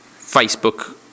Facebook